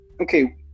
okay